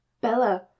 Bella